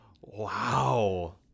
Wow